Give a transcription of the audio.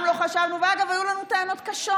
ואגב, היו לנו טענות קשות,